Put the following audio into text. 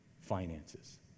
finances